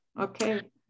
Okay